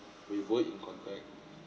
we were in contact